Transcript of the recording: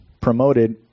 promoted